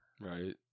right